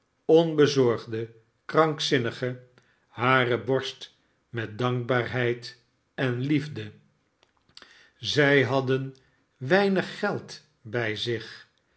onbezorgde krankzinmge hare borst met dankbaarheid en liefde de arme reizigers ij zij badden l weinig geld bij zich